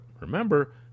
remember